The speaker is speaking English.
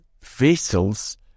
vessels